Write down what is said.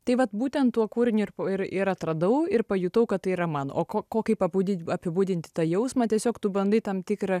tai vat būtent tuo kūriniu ir ir ir atradau ir pajutau kad tai yra man o ko kaip pabū apibūdinti tą jausmą tiesiog tu bandai tam tikrą